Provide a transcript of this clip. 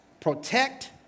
protect